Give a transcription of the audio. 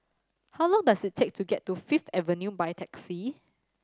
how long does it take to get to Fifth Avenue by taxi